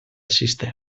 sistema